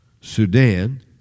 Sudan